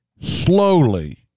Slowly